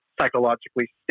psychologically